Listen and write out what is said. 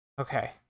okay